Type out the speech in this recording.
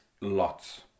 Lots